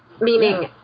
meaning